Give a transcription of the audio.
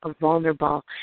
vulnerable